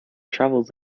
travels